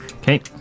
Okay